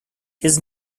his